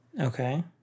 Okay